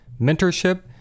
mentorship